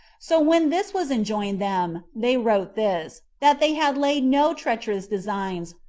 so when this was enjoined them, they wrote this, that they had laid no treacherous designs,